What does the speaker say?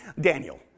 Daniel